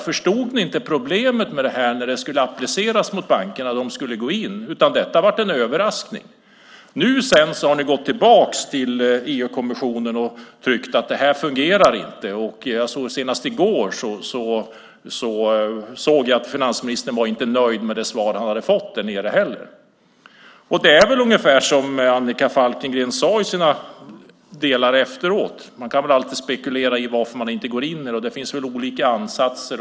Förstod ni inte problemet när det skulle appliceras mot bankerna och de skulle gå in, utan var det en överraskning? Nu har ni gått tillbaka till EU-kommissionen och tyckt att det inte fungerar. Jag såg senast i går att finansministern inte var nöjd med det svar han hade fått där nere. Det är väl ungefär som Annika Falkengren sade efteråt. Man kan alltid spekulera varför man inte går in. Det finns olika ansatser.